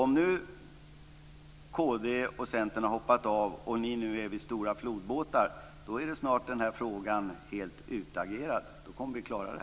Om nu kd och Centern har hoppat av, och ni moderater nu är vid stora flodbåtar, är snart den här frågan helt utagerad. Då kommer vi att klara det.